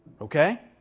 Okay